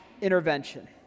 intervention